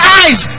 eyes